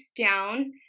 down –